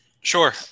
Sure